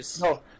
No